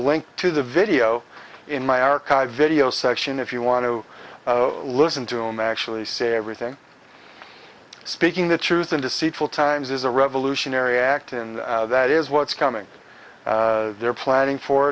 link to the video in my archive video section if you want to listen to him actually say everything speaking the truth and deceitful times is a revolutionary act and that is what's coming they're planning for